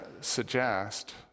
suggest